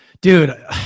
dude